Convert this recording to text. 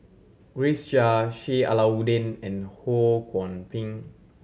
Grace Chia Sheik Alau'ddin and Ho Kwon Ping